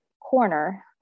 corner